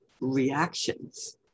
reactions